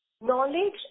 Knowledge